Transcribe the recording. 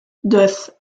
thus